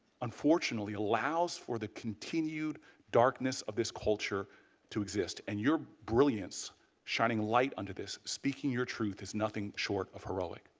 unfortunately allows for the continued darkness of this culture to exist. and your brilliance shining light and speaking your truth is nothing short of heroic.